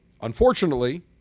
Unfortunately